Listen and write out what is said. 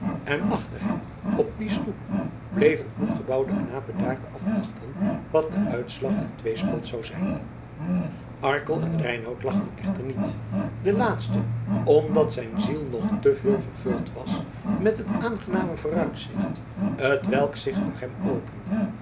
en achter hem op die stoep bleef een kloekgebouwde knaap bedaard afwachten wat de uitslag der tweespalt zou zijn arkel en reinout lachten echter niet de laatste omdat zijn ziel nog te veel vervuld was met het aangename vooruitzicht t welk zich voor hem opende